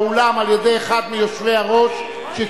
כל מי שהוצא מהאולם על-ידי אחד מיושבי-הראש שכיהנו,